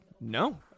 No